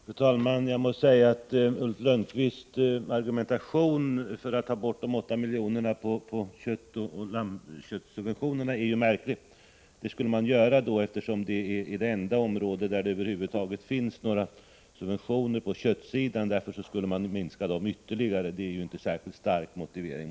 Fru talman! Jag måste säga att Ulf Lönnqvists argumentation för att ta bort de 8 miljonerna av subventionerna för fåroch lammkött är märklig. Man skulle göra detta, eftersom det är det enda område när det gäller kött där det över huvud taget finns några subventioner. Därför skulle de alltså minskas ytterligare. Det är inte någon särskilt stark motivering.